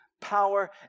power